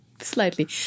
slightly